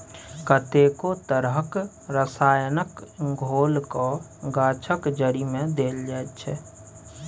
कतेको तरहक रसायनक घोलकेँ गाछक जड़िमे देल जाइत छै